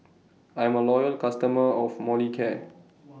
I'm A Loyal customer of Molicare